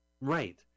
Right